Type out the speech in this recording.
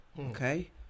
Okay